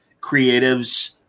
creatives